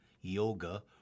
yoga